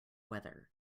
weather